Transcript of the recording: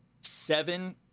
seven